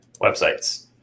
websites